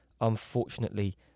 unfortunately